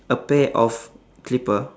a pair of clipper